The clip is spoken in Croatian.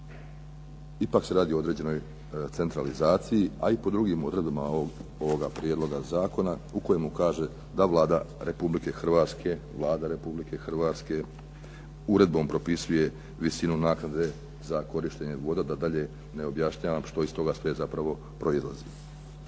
Ipak se radi o određenoj centralizaciji, a i po drugim odredbama ovoga prijedloga zakona u kojemu kaže da Vlada RH uredbom propisuje visinu naknade za korištenje voda, da dalje ne objašnjavam što iz toga sve zapravo proizlazi.